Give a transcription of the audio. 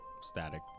static